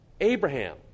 Abraham